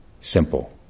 simple